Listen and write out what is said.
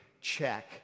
check